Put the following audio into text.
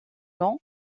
nom